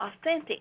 authentic